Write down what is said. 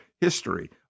history